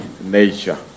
nature